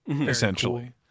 essentially